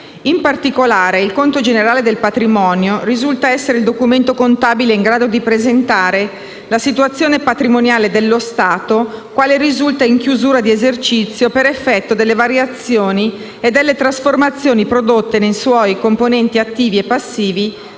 In particolare, il conto generale del patrimonio risulta essere il documento contabile in grado di presentare la situazione patrimoniale dello Stato quale risulta in chiusura di esercizio per effetto delle variazioni e delle trasformazioni prodotte nei suoi componenti attivi e passivi